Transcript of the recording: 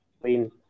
clean